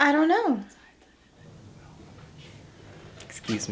i don't know excuse